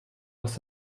aus